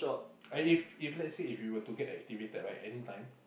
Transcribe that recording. if if let's say if you were to get activated right anytime